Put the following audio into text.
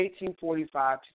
1845